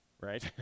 Right